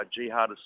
jihadists